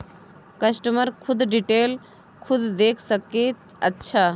customer खुद detail खुद देख सके अच्छा